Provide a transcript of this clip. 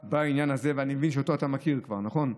בעניין הזה, ואני מבין שאתה מכיר אותו כבר, נכון?